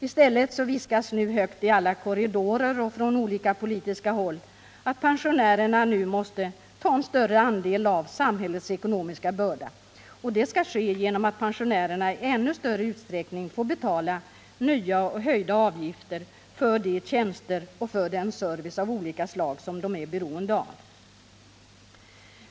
I stället viskas högt i alla korridorer och från olika politiska håll att pensionärerna nu måste ta en större andel av samhällets ekonomiska börda. Och det skall ske genom att pensionärerna i ännu större utsträckning får betala nya och höjda avgifter för de tjänster och den service av olika slag som de är beroende av.